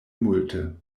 multe